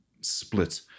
split